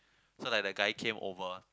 so like the guy came over